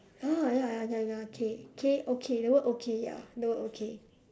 ah ya ya ya K K okay the word okay ya the word okay